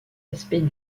aspects